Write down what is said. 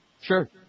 Sure